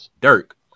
Dirk